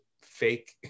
fake